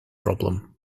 problem